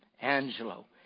Angelo